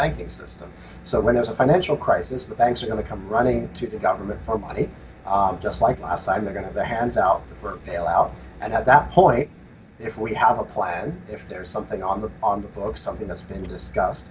banking system so when there's a financial crisis the banks are going to come running to the government for money just like last time they're going to the hands out for bailout and at that point if we have a plan if there's something on the on the books something that's been discussed